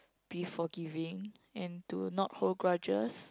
be forgiving and do not hold grudges